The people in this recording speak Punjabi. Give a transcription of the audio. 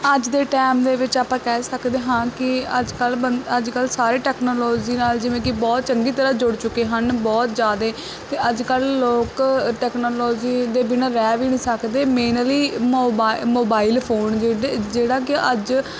ਅੱਜ ਦੇ ਟਾਈਮ ਦੇ ਵਿੱਚ ਆਪਾਂ ਕਹਿ ਸਕਦੇ ਹਾਂ ਕਿ ਅੱਜ ਕੱਲ੍ਹ ਬ ਅੱਜ ਕੱਲ੍ਹ ਸਾਰੇ ਟੈਕਨੋਲੋਜੀ ਨਾਲ ਜਿਵੇਂ ਕਿ ਬਹੁਤ ਚੰਗੀ ਤਰ੍ਹਾਂ ਜੁੜ ਚੁੱਕੇ ਹਨ ਬਹੁਤ ਜ਼ਿਆਦਾ ਅਤੇ ਅੱਜ ਕੱਲ੍ਹ ਲੋਕ ਟੈਕਨੋਲੋਜੀ ਦੇ ਬਿਨਾਂ ਰਹਿ ਵੀ ਨਹੀਂ ਸਕਦੇ ਮੇਨਲੀ ਮੋਬਾ ਮੋਬਾਇਲ ਫੋਨ ਜਿਹਦੇ ਜਿਹੜਾ ਕਿ ਅੱਜ